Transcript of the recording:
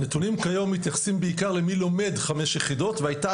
הנתונים כיום מתייחסים בעיקר למי לומד חמש יחידות והייתה